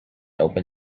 open